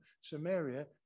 samaria